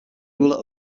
ruler